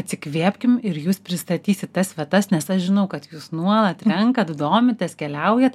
atsikvėpkim ir jūs pristatysit tas vietas nes aš žinau kad jūs nuolat renkat domitės keliaujat